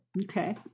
Okay